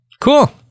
Cool